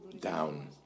down